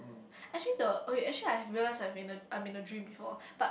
actually the okay actually I've realised I'm in a I'm in a dream before but